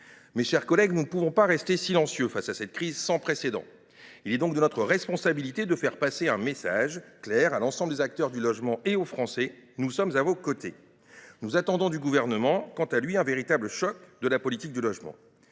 Mes chers collègues, nous ne pouvons pas rester silencieux face à cette crise sans précédent. Il est de notre responsabilité de faire passer un message clair à l’ensemble des acteurs du logement et aux Français : nous sommes à vos côtés. Nous attendons du Gouvernement un véritable choc de la politique du logement.